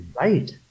Right